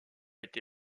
été